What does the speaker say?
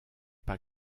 pas